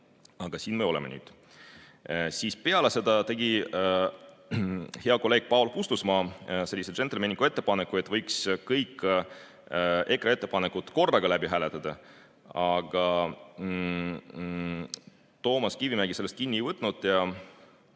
Aga siin me nüüd oleme. Peale seda tegi hea kolleeg Paul Puustusmaa sellise džentelmenliku ettepaneku, et võiks kõik EKRE ettepanekud korraga läbi hääletada. Aga Toomas Kivimägi sellest kinni ei võtnud ja